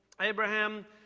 Abraham